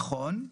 נכון,